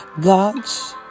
God's